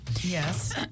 Yes